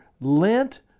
lent